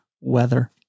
weather